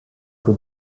for